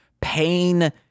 pain